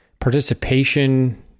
participation